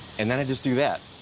and then i just do that.